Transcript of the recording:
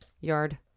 yard